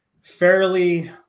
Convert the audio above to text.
fairly